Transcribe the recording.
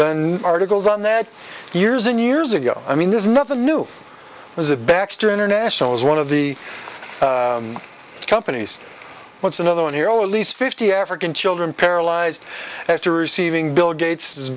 done articles on that years and years ago i mean this is nothing new was a baxter international is one of the companies wants another one here at least fifty african children paralyzed after receiving bill gates